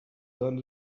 done